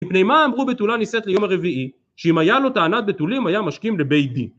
מפני מה אמרו בתולה נישאת ליום הרביעי? שאם היה לו טענת בתולים היה משכים לבית דין